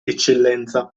eccellenza